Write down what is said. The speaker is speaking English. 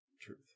Truth